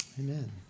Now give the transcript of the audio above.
Amen